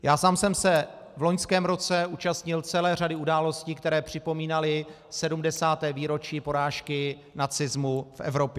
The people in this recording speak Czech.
Já sám jsem se v loňském roce účastnil celé řady událostí, které připomínaly 70. výročí porážky nacismu v Evropě.